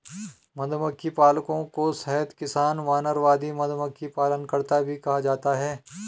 मधुमक्खी पालकों को शहद किसान, वानरवादी, मधुमक्खी पालनकर्ता भी कहा जाता है